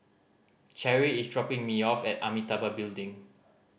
Cherrie is dropping me off at Amitabha Building